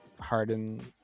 Harden